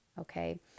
Okay